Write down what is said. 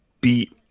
beat